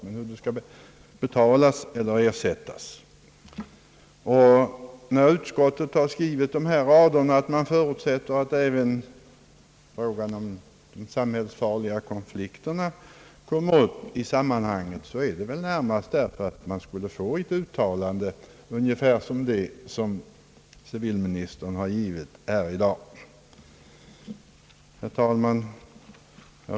Anledningen till att utskottet har skrivit att det förutsätter att även frågan om de samhällsfarliga konflikterna kommer att behandlas av utredningen är väl närmast att man kunde förvänta ett uttalande även om det blev något anant än av ungefär samma innebörd som civilministern gett uttryck för i sitt anförande i dag.